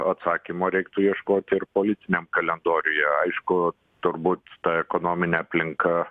atsakymo reiktų ieškot ir politiniam kalendoriuje aišku turbūt ta ekonominė aplinka